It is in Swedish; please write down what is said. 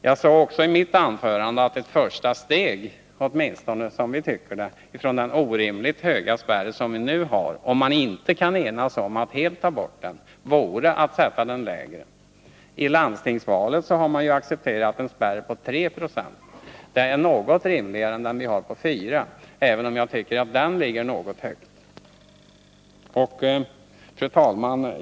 Jag sade också i mitt anförande att ett första steg — åminstone som vi tycker — från den orimligt höga spärr vi nu har, om man inte kan enas om att helt ta bort den, vore att sätta den lägre. I landstingsvalet har man accepterat en spärr vid 3 90. Det är något rimligare än den vid 4 90 som vi nu har, även om jag tycker att också den ligger något högt. Fru talman!